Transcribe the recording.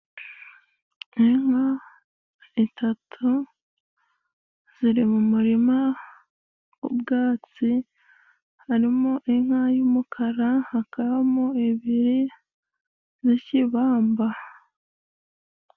Inka zitatu ziri mu murima w’ubwatsi， harimo inka y'umukara， hakamo ebyiri z’ikibamba.